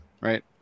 right